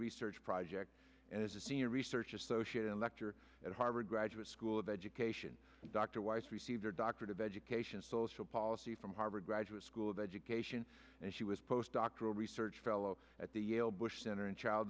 research project and is a senior research associate a lecturer at harvard graduate school of education dr weiss received her doctorate of education social policy from harvard graduate school of education and she was post doctoral research fellow at the yale bush center in child